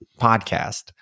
podcast